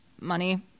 money